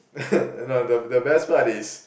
no the the best part is